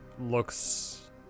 looks